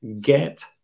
get